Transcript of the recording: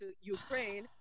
Ukraine